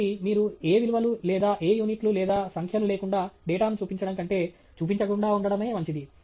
కాబట్టి మీరు ఏ విలువలు లేదా ఏ యూనిట్లు లేదా సంఖ్యలు లేకుండా డేటాను చూపించడం కంటే చూపించకుండా ఉండటమే మంచిది